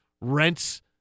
rents